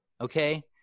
Okay